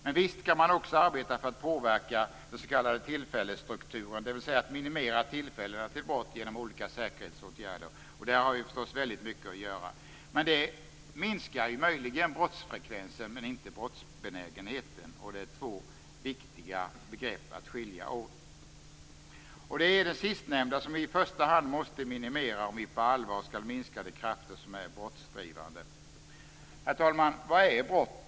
Men visst kan man också arbeta för att påverka den s.k. tillfällesstrukturen, dvs. att minimera tillfällena till brott genom olika säkerhetsåtgärder. Där har vi förstås väldigt mycket att göra. Det minskar möjligen brottsfrekvensen, men inte brottsbenägenheten. Det är två viktiga begrepp som man måste skilja åt. Det är det sistnämnda som vi i första hand måste minimera om vi på allvar skall minska de krafter som är brottsdrivande. Herr talman! Vad är då brott?